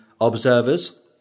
observers